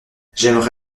j’aimerais